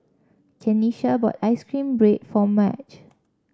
Kenisha bought ice cream bread for Marge